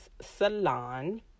salon